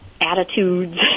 attitudes